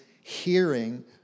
hearing